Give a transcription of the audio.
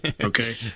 Okay